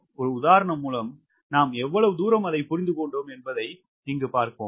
ஒரு உதாரணம் மூலம் நாம் எவ்வளவு தூரம் புரிந்துகொண்டோம் என்பதைப் பார்ப்போம்